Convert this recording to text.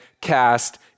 cast